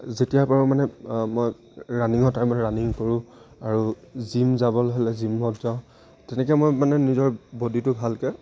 যেতিয়া পাৰোঁ মানে মই ৰানিঙৰ টাইমত ৰানিং কৰোঁ আৰু জিম যাবলৈ হ'লে জিমত যাওঁ তেনেকৈ মই মানে নিজৰ বডিটো ভালকৈ